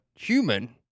human